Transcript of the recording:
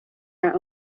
and